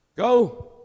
Go